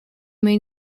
main